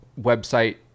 website